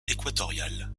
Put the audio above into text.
équatoriale